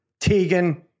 Tegan